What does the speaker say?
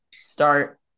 start